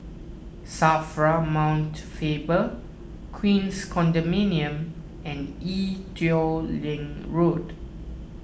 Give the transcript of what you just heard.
Safra Mount Faber Queens Condominium and Ee Teow Leng Road